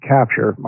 Capture